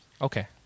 Okay